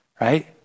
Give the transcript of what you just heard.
right